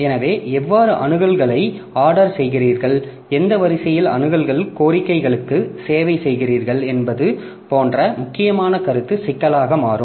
எனவே எவ்வாறு அணுகல்களை ஆர்டர் செய்கிறீர்கள் எந்த வரிசையில் அணுகல் கோரிக்கைகளுக்கு சேவை செய்கிறீர்கள் என்பது போன்ற முக்கியமான கருத்து சிக்கலாக மாறும்